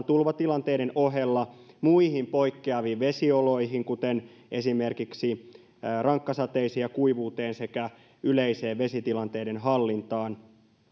tulvatilanteiden ohella muihin poikkeaviin vesioloihin kuten esimerkiksi rankkasateisiin ja kuivuuteen sekä yleiseen vesitilanteiden hallintaan